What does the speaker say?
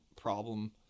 problem